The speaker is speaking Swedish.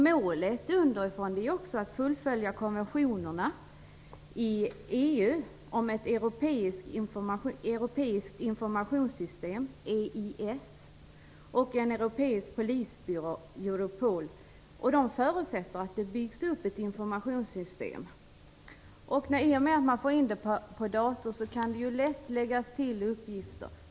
Målet är ju också att fullfölja konventionerna i EU om ett europeiskt informationssystem, EIS, och en europeisk polisbyrå, Europol. Dessa förutsätter att det byggs upp ett informationssystem. I och med att detta förs in på data kan det lätt läggas till uppgifter.